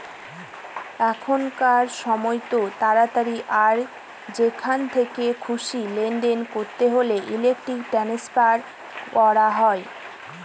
এখনকার সময়তো তাড়াতাড়ি আর যেখান থেকে খুশি লেনদেন করতে হলে ইলেক্ট্রনিক ট্রান্সফার করা হয়